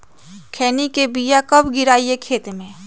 खैनी के बिया कब गिराइये खेत मे?